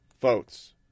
votes